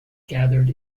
gathered